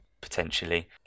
potentially